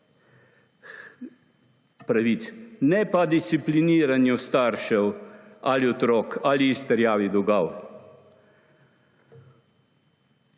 pravic, ne pa discipliniranju staršev ali otrok ali izterjavi dolgov.